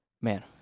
man